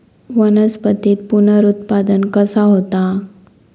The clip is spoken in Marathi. वनस्पतीत पुनरुत्पादन कसा होता?